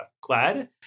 glad